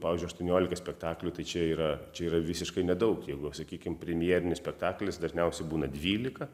pavyzdžiui aštuoniolika spektaklių tai čia yra čia yra visiškai nedaug jeigu sakykim primjerinis spektaklis dažniausia būna dvylika